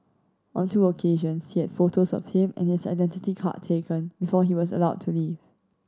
on two occasions she had photos of him and his identity card taken before he was allowed to leave